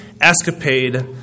escapade